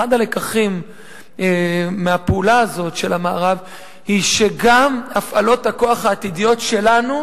אחד הלקחים מהפעולה הזאת של המערב הוא שגם הפעלות הכוח העתידיות שלנו,